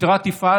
המשטרה תפעל